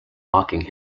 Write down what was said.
mocking